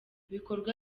ibikorwa